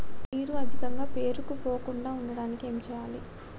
నీరు అధికంగా పేరుకుపోకుండా ఉండటానికి ఏం చేయాలి?